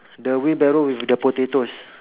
the wheelbarrow with the potatoes